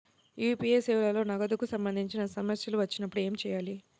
UPI సేవలలో నగదుకు సంబంధించిన సమస్యలు వచ్చినప్పుడు ఏమి చేయాలి?